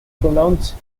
pronounced